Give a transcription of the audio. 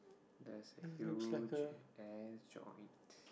that's a huge ass joint